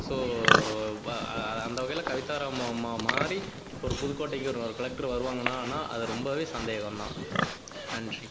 so அந்த வகையில் கவிதா ராமு அம்மா மாதிரி ஒரு புதுக்கோட்டைக்கு ஒரு கலெக்டர் வருவாங்கனானால் அது ரொம்பவே சந்தேகம்தான் நன்றி